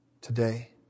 today